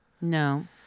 No